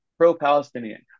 pro-Palestinian